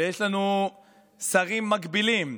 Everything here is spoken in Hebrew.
יש לנו שרים מקבילים,